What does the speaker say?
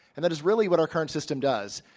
and that is really what our current system does.